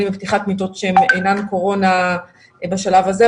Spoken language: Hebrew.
בפתיחת מיטות שאינן קורונה בשלב הזה,